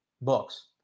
books